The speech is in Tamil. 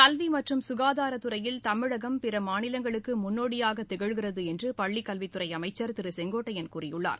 கல்வி மற்றும் ககாதாரத்துறையில் தமிழகம் பிற மாநிலங்களுக்கு முன்னோடியாக திகழ்கிறது என்று பள்ளி கல்வித்துறை அமைச்சர் திரு செங்கோட்டையன் கூறியுள்ளார்